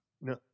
No